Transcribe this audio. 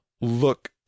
look